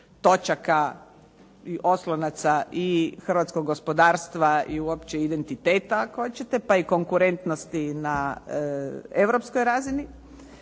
točaka i oslonaca i hrvatskog gospodarstva i uopće identiteta ako hoćete, pa i konkurentnosti na europskoj razini